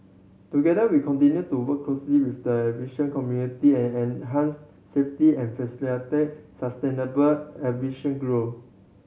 together we continue to work closely with the aviation community and enhance safety and facilitate sustainable aviation grow